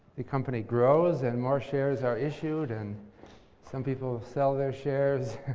the company grows, and more shares are issued, and some people sell their shares.